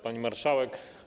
Pani Marszałek!